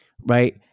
right